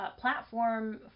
platform